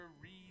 read